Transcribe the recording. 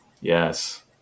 yes